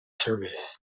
service